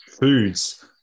foods